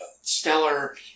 stellar